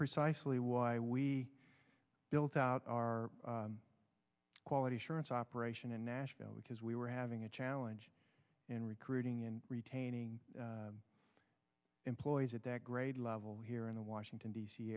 precisely why we built out our quality assurance operation in nashville because we were having a challenge in recruiting and retaining employees at that grade level here in the washington d